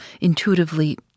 intuitively